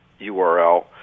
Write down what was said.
URL